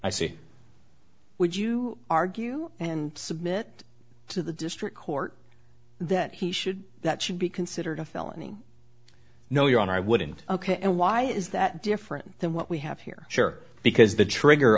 i see would you argue and submit to the district court that he should that should be considered a felony no your honor i wouldn't ok and why is that different than what we have here sure because the trigger